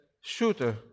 shooter